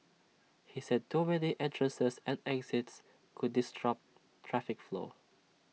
he said too many entrances and exits could disrupt traffic flow